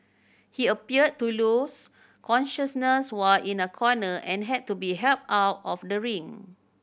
he appeared to lose consciousness while in a corner and had to be helped out of the ring